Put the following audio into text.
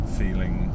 feeling